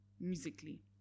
musically